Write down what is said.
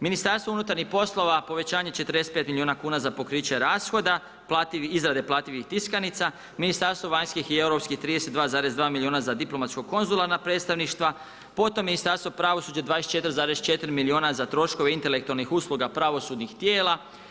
Ministarstvo unutarnjih poslova povećanje 45 milijuna kuna za pokriće rashoda, plativi, izrade plativih tiskanica, Ministarstvo vanjskih i europskih 32,2 milijuna za diplomatsko konzularna predstavništva, potom Ministarstvo pravosuđa 24,4 milijuna za troškove intelektualnih usluga pravosudnih tijela.